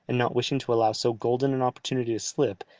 and not wishing to allow so golden an opportunity to slip,